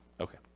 Okay